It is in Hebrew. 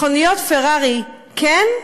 מכוניות פרארי, כן,